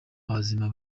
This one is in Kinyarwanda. abazima